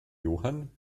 johann